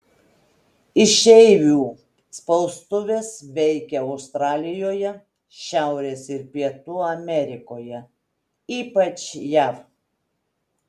išeivių spaustuvės veikė australijoje šiaurės ir pietų amerikoje ypač jav